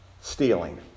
stealing